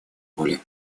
роли